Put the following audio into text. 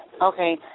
Okay